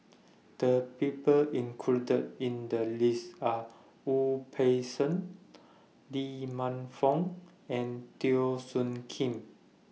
The People included in The list Are Wu Peng Seng Lee Man Fong and Teo Soon Kim